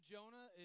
Jonah